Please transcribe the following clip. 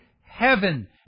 heaven